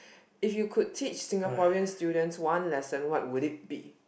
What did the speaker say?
if you could teach Singaporean students one lesson what will it be